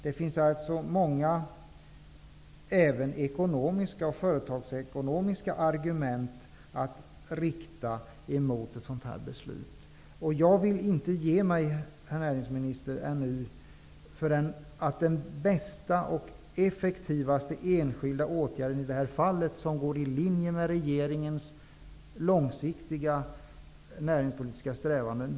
Det finns alltså även många ekonomiska och företagsekonomiska argument att rikta mot ett sådant här beslut. Jag ger mig inte, herr näringsminister, förrän den bästa och effektivaste enskilda åtgärden vidtagits, i linje med regeringens långsiktiga näringspolitiska strävanden.